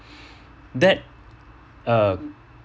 that uh